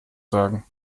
sagen